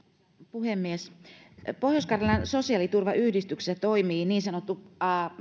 puhemies pohjois karjalan sosiaaliturvayhdistyksessä toimii niin sanottu